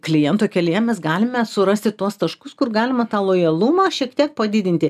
kliento kelyje mes galime surasti tuos taškus kur galima tą lojalumą šiek tiek padidinti